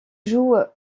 joue